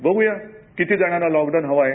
बघ्या किती जणांना लॉकडाऊन हवा आहे